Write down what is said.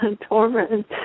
torment